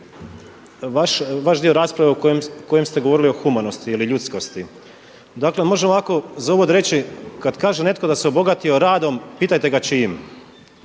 vaš dio rasprave u kojem ste govorili o humanosti ili o ljudskosti. Dakle možemo ovako za uvod reći, kada kaže netko da se obogatio radom, pitajte ga čijim.